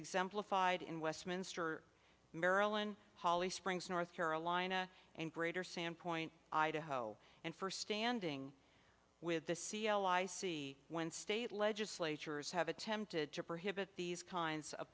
exemplified in westminster maryland holly springs north carolina and greater sandpoint idaho and for standing with the c l i see when state legislatures have attempted to prohibit these kinds of